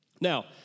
Now